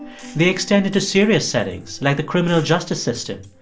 they extend to serious settings like the criminal justice system,